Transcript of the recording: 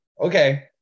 Okay